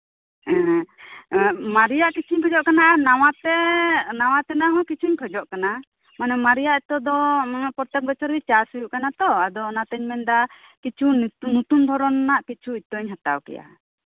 ᱢᱟᱨᱤᱭᱟᱜ ᱠᱤᱪᱷᱩᱧ ᱠᱷᱚᱡᱚᱜ ᱠᱟᱱᱟ ᱱᱟᱣᱟᱛᱮ ᱱᱟᱣᱟᱛᱮᱱᱟᱜ ᱦᱚᱸ ᱠᱤᱪᱷᱩᱧ ᱠᱷᱚᱡᱚᱜ ᱠᱟᱱᱟ ᱢᱟᱱᱮ ᱢᱟᱨᱮᱭᱟᱜ ᱤᱛᱟᱹᱫᱚ ᱯᱨᱚᱛᱮᱠ ᱵᱚᱪᱷᱚᱨᱜᱤ ᱪᱟᱥ ᱦᱩᱭᱩᱜ ᱠᱟᱱᱟ ᱛᱚ ᱟᱫᱚ ᱚᱱᱟᱛᱮᱧ ᱢᱮᱱᱫᱟ ᱠᱤᱪᱷᱩ ᱱᱚᱛᱩᱱ ᱫᱷᱚᱨᱚᱱ ᱨᱮᱱᱟᱜ ᱠᱤᱪᱷᱩ ᱤᱛᱟᱹᱧ ᱦᱟᱛᱟᱣ ᱠᱮᱭᱟ